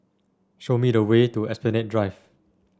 show me the way to Esplanade Drive